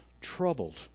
troubled